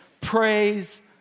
praise